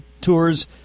Tour's